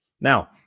Now